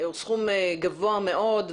הוא סכום גבוה מאוד,